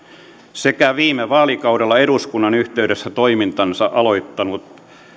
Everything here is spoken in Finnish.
sekä viime vaalikaudella eduskunnan yhteydessä toimintansa aloittanut